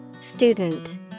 Student